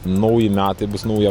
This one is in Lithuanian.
nauji metai bus nauja